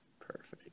Perfect